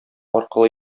аркылы